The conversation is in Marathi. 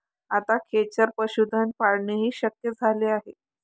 आता खेचर पशुधन पाळणेही शक्य झाले आहे